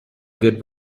good